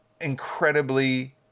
incredibly